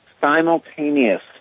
simultaneous